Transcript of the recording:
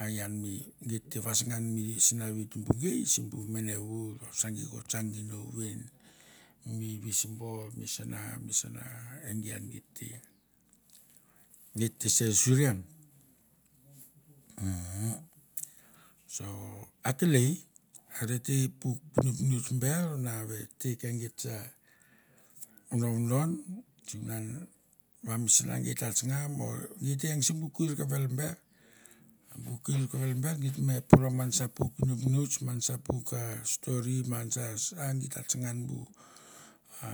A ian mi git te vasangan mi sinavi tumbu gei simbu mene vour, vasa gi ko tsang nginou ven, mi vis bor mi sana mi sana e gi ian git te, git te ser suri an umm so akelei arete puk pinopinots ber na ve te ke git sa vodovodon sunan va misna git ta tsanga o gi ta eng sim bu kuir kavel ber, a bu kuir kavel ber git me poro ma sa puk pinopinots man sa puk stori man sa sa gi ta tsanga bu a